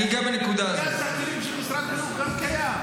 גם ארגז הכלים של משרד החינוך קיים.